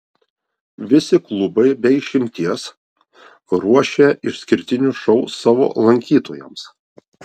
visi klubai be išimties ruošia išskirtinius šou savo lankytojams